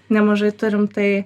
nemažai turim tai